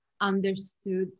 understood